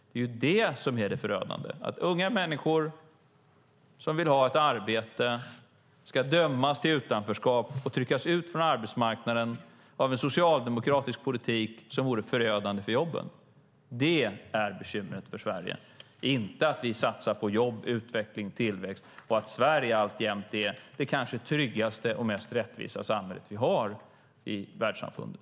Det är detta som är det förödande: att unga människor som vill ha arbete ska dömas till utanförskap och tryckas ut från arbetsmarknaden av en socialdemokratisk politik som vore förödande för jobben. Det är det som är bekymret för Sverige, inte att vi satsar på jobb, utveckling och tillväxt och inte att Sverige alltjämt är det kanske tryggaste och mest rättvisa samhälle vi har i världssamfundet.